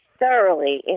thoroughly